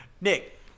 Nick